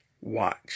Watch